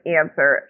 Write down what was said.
answer